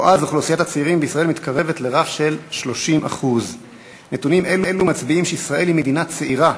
או אז אוכלוסיית הצעירים בישראל מתקרבת לרף של 30%. נתונים אלו מצביעים על כך שישראל היא מדינה צעירה,